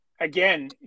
again